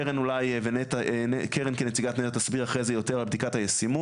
קרן אולי כנציגת נת"ע תסביר אחרי זה יותר על בדיקת הישימות,